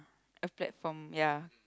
a platform ya